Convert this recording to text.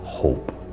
hope